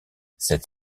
cette